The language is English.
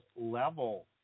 level